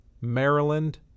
Maryland